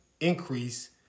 increase